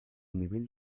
nivell